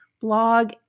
blog